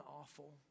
awful